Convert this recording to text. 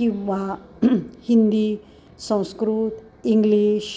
किंवा हिंदी संस्कृत इंग्लिश